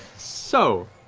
so